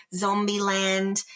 Zombieland